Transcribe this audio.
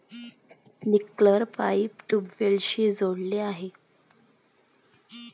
sprinkler pipe ट्यूबवेल्सशी जोडलेले आहे